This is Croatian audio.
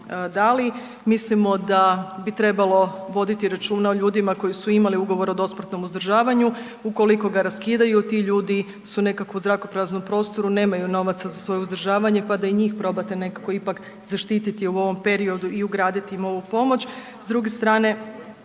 dali. Mislimo da bi trebalo voditi računa o ljudima koji su imali ugovor o dosmrtnom uzdržavanju, ukoliko ga raskidaju, ti ljudi su nekakvom zrakopraznom prostoru, nemaju novaca za svoje uzdržavanje pa da i njih probate nekako ipak zaštiti u ovom periodu i ugraditi im ovu pomoć.